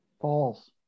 False